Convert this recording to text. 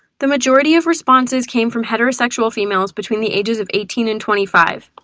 the majority of responses came from heterosexual females between the ages of eighteen and twenty five.